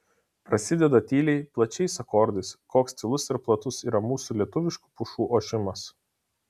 prasideda tyliai plačiais akordais koks tylus ir platus yra mūsų lietuviškų pušų ošimas